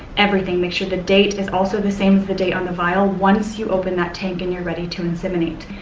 everything. make sure the date is also the same as the date on the vial, once you open that tank and you're ready to inseminate.